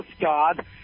God